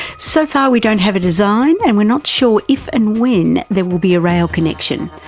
so far we don't have a design and we're not sure if and when there will be a rail connection,